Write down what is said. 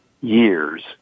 years